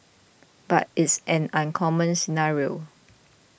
but it's an uncommon scenario